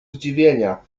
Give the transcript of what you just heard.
zdziwienia